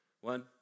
One